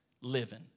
living